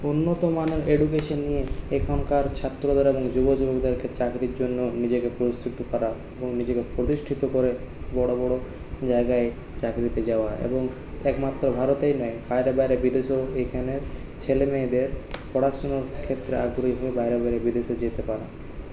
উন্নত মানের এডুকেশন নিয়ে এখানকার ছাত্র দ্বারা যুবক চাকরির জন্য নিজেকে প্রস্তুত করা এবং নিজেকে প্রতিষ্ঠিত করে বড়ো বড়ো জায়গায় চাকরিতে যাওয়া এবং একমাত্র ভারতেই নয় বাইরে বাইরে বিদেশেও এখানের ছেলেমেয়েদের পড়াশোনার ক্ষেত্রে আগ্রহী হয়ে বাইরে বাইরে বিদেশে যেতে পারে